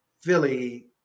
Philly